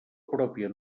pròpia